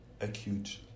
acute